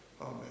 Amen